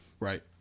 Right